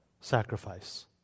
sacrifice